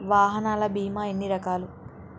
వాహనాల బీమా ఎన్ని రకాలు?